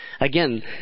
again